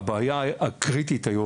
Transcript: הבעיה הקריטית היום,